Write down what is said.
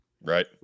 right